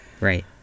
Right